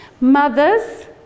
Mothers